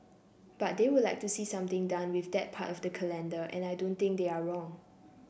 but they would like to see something done with that part of the calendar and I don't think they're wrong